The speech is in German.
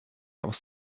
aus